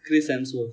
chris hemsworth